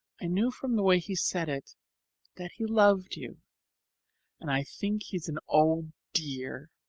i knew from the way he said it that he loved you and i think he's an old dear!